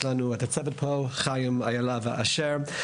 נמצאים פה גם הצוות: חיים אילה ואשר.